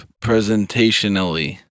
presentationally